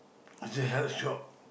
it's a health shop